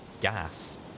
gas